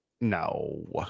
no